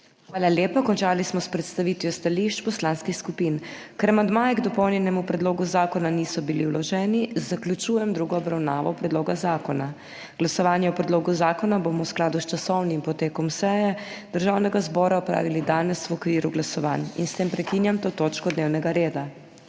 Hvala lepa. Končali smo s predstavitvijo stališč poslanskih skupin. Ker amandmaji k dopolnjenemu predlogu zakona niso bili vloženi, zaključujem drugo obravnavo predloga zakona. Glasovanje o predlogu zakona bomo v skladu s časovnim potekom seje Državnega zbora opravili danes v okviru glasovanj. S tem prekinjam to točko dnevnega reda.